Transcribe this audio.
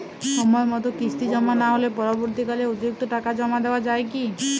সময় মতো কিস্তি জমা না হলে পরবর্তীকালে অতিরিক্ত টাকা জমা দেওয়া য়ায় কি?